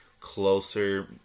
closer